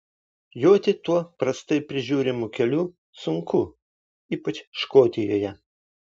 joti tuo prastai prižiūrimu keliu sunku ypač škotijoje